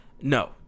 no